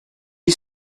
lit